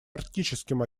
арктическим